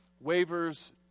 wavers